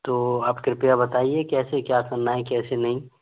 तो आप कृपया बताइए कैसे क्या करना है कैसे नहीं